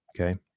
okay